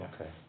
Okay